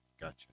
Gotcha